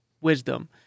wisdom